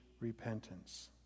repentance